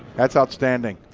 that's outstanding.